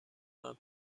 کنم